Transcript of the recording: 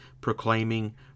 proclaiming